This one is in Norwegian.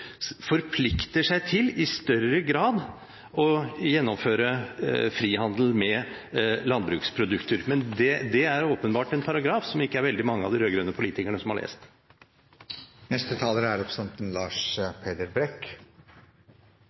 forplikter seg til i større grad å gjennomføre frihandel med landbruksprodukter. Men det er åpenbart en paragraf som ikke veldig mange av de rød-grønne politikerne har lest. Representanten Lars Peder Brekk